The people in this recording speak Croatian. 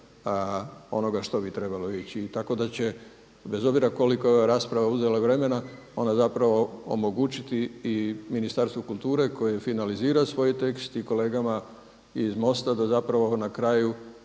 onoga što bi trebalo ići i tako da će bez obzira koliko je ova rasprava uzela vremena ona zapravo omogućiti i Ministarstvu kulture koje finalizira svoj tekst i kolegama iz Mosta da zapravo na kraju